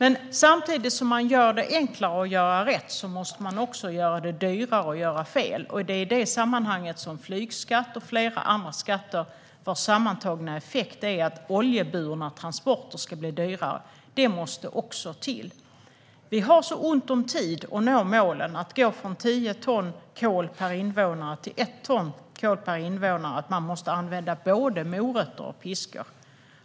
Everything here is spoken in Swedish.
Samtidigt som man gör det enklare att göra rätt måste man också göra det dyrare att göra fel. I det sammanhanget måste vi också få till en flygskatt och flera andra skatter, vars sammantagna effekt är att oljeburna transporter ska bli dyrare. Vi har så ont om tid att nå målen att gå från tio ton kol till ett ton kol per invånare att man måste använda både morötter och piska.